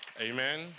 amen